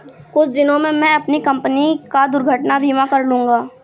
कुछ दिनों में मैं अपनी कंपनी का दुर्घटना बीमा करा लूंगा